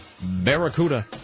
Barracuda